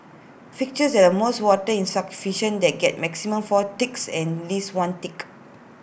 fixtures that are most water in sub the get maximum four ticks and least one tick